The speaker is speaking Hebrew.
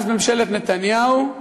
מאז ממשלת נתניהו,